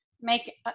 make